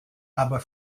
aber